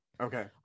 Okay